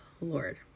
Lord